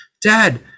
dad